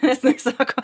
nes jinai sako